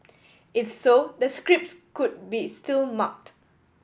if so the scripts could be still marked